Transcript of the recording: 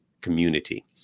community